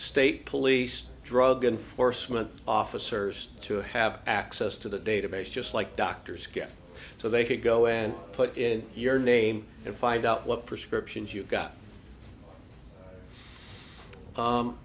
state police drug enforcement officers to have access to the database just like doctors get so they could go and put in your name and find out what prescriptions you got